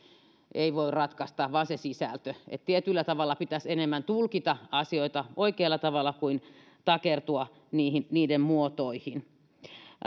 ei voi ratkaista vaan se sisältö tietyllä tavalla pitäisi enemmän tulkita asioita oikealla tavalla kuin takertua niiden muotoihin